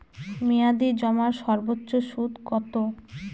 মেয়াদি জমার সর্বোচ্চ সুদ কতো?